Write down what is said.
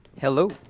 Hello